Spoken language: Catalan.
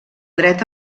dret